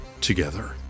together